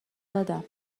دادم